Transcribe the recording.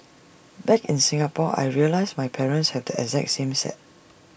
back in Singapore I realised my parents have the exact same set